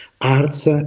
Arts